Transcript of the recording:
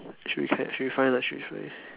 should be can should be fine lah should be fine